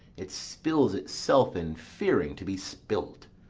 it spills itself in fearing to be spilt.